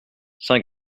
saint